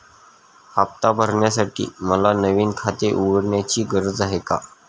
हफ्ता भरण्यासाठी मला नवीन खाते उघडण्याची गरज आहे का?